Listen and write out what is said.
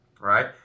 Right